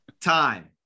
time